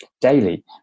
daily